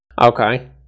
Okay